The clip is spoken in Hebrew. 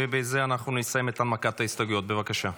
ובזה אנחנו נסיים את הנמקת ההסתייגויות, בבקשה.